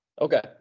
okay